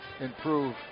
improve